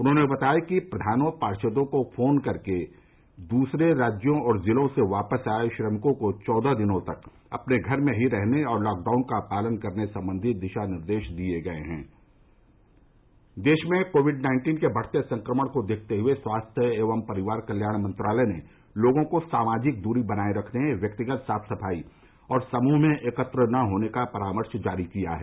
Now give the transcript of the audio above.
उन्होंने बताया कि प्रधानों पार्षदों को फोन करके दूसरे राज्यों और जिलों से वापस आये श्रमिकों को चौदह दिनों तक अपने घर में ही रहने और लॉकडाउन का पालन करने सम्बंधी दिशा निर्देश दिए गए हैं देश में कोविड नाइन्टीन के बढ़ते संक्रमण को देखते हुए स्वास्थ्य एवं परिवार कल्याण मंत्रालय ने लोगों को सामाजिक दूरी बनाए रखने व्यक्तिगत साफ सफाई और समूह में एकत्र न होने का परामर्श जारी किया है